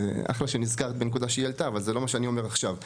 אחלה שנזכרת בנקודה שהיא העלתה אבל זה לא מה שאני אומר עכשיו.